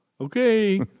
okay